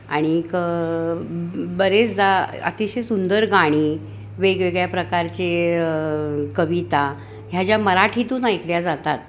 आणिक बरेचदा अतिशय सुंदर गाणी वेगवेगळ्या प्रकारचे कविता ह्या ज्या मराठीतून ऐकल्या जातात